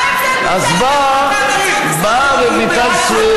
מה ההבדל בין, אז באה רויטל סויד